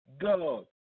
God